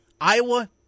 Iowa